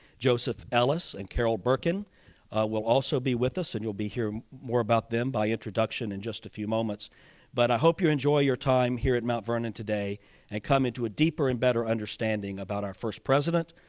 joseph ellis and carol berkin will also be with us and you'll be hearing more about them by introduction in just a few moments but i hope you enjoy your time here at mount vernon today and come into a deeper and better understanding about our first president,